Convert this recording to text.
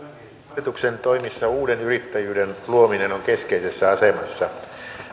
hallituksen toimissa uuden yrittäjyyden luominen on keskeisessä asemassa